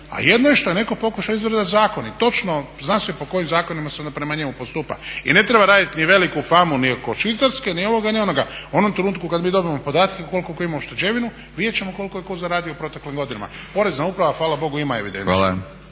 a jedno je što je netko pokušao izvrdat zakon i točno zna se po kojim zakonima se onda prema njemu postupa. I ne treba radit ni veliku famu ni oko Švicarske ni ovoga ni onoga, u onom trenutku kad mi dobijemo podatke koliko tko ima ušteđevinu vidjet ćemo koliko je tko zaradio u proteklim godinama. Porezna uprava hvala Bogu ima evidenciju.